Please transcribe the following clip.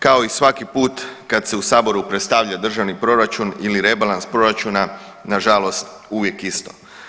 Kao i svaki put kad se u saboru predstavlja državni proračun ili rebalans proračuna nažalost uvijek isto.